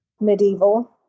Medieval